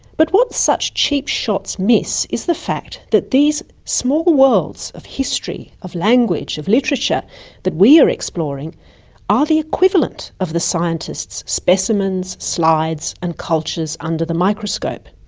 but what such cheap shots miss is the fact that these small worlds of history, of language, of literature that we are exploring are the equivalent of the scientists' specimens, slides and cultures under the microscope.